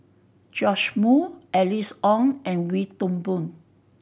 Joash Moo Alice Ong and Wee Toon Boon